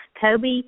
Kobe